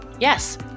yes